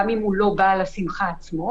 גם אם הוא לא בעל השמחה עצמו,